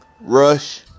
Rush